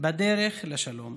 בדרך לשלום.